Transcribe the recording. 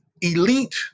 elite